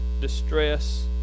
distress